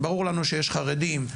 ברור לנו שיש חרדים,